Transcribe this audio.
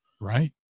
Right